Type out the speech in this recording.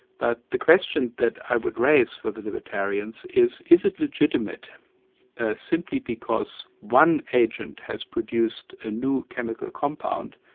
but the question that i would raise for the libertarians is, is it legitimate simply because one agent has produced a new chemical compound,